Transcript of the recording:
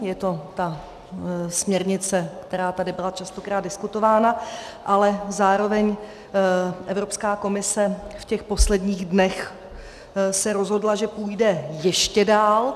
Je to ta směrnice, která tady byla častokrát diskutována, ale zároveň Evropská komise v těch posledních dnech se rozhodla, že půjde ještě dál.